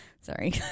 Sorry